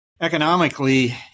economically